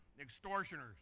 extortioners